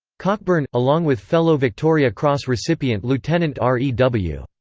cockburn, along with fellow victoria cross recipient lieutenant r e w.